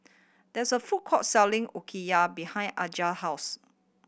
there is a food court selling Okayu behind Alijah house